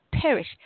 perish